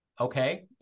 Okay